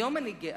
היום אני גאה.